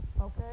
Okay